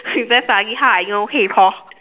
you very funny how I know hey Paul